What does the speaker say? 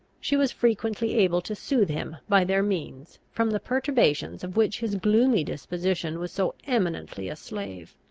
she was frequently able to soothe him by their means from the perturbations of which his gloomy disposition was so eminently a slave.